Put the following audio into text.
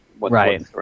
Right